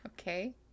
Okay